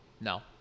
No